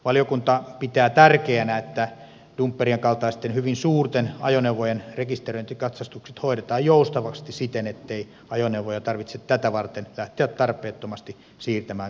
valiokunta pitää tärkeänä että dumppe rien kaltaisten hyvin suurten ajoneuvojen rekisteröintikatsastukset hoidetaan joustavasti siten ettei ajoneuvoja tarvitse tätä varten lähteä tarpeettomasti siirtämään katsastustoimipaikoille